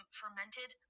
fermented